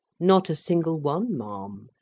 not a single one, ma'am.